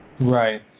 Right